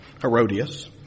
Herodias